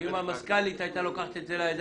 שאם המזכ"לית הייתה לוקחת את זה לידיים